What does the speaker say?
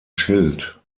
schild